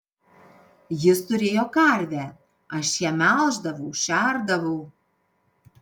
jis turėjo karvę aš ją melždavau šerdavau